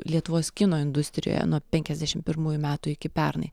lietuvos kino industrijoje nuo penkiasdešimt pirmųjų metų iki pernai